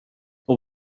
och